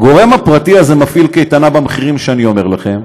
הגורם הפרטי הזה מפעיל קייטנה במחירים שאני אומר לכם,